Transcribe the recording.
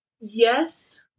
Yes